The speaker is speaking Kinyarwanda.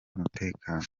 umutekano